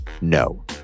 No